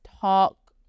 Talk